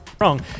Wrong